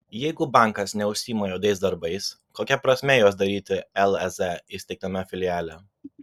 jeigu bankas neužsiima juodais darbais kokia prasmė juos daryti lez įsteigtame filiale